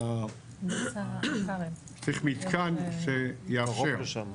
צריך מתקן שיאפשר.